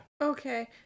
okay